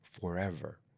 Forever